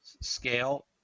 scale